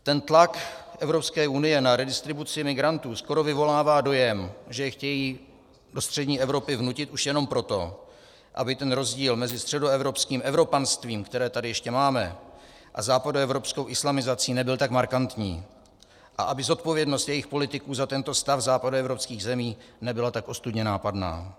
Ten tlak Evropské unie na redistribuci migrantů skoro vyvolává dojem, že je chtějí do střední Evropy vnutit už jenom proto, aby ten rozdíl mezi středoevropským evropanstvím, které tady ještě máme, a západoevropskou islamizací nebyl tak markantní a aby zodpovědnost jejich politiků za tento stav západoevropských zemí nebyla tak ostudně nápadná.